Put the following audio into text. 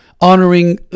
honoring